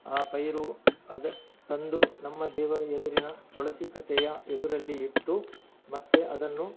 ಆ ಪೈರು ಅದು ತಂದು ನಮ್ಮ ದೇವರ ಎದುರಿನ ತುಳಸಿ ಕಟ್ಟೆಯ ಎದುರಲ್ಲಿ ಇಟ್ಟು ಮತ್ತು ಅದನ್ನು